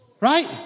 Right